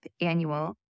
annual